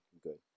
good